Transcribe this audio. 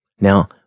Now